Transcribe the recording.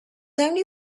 only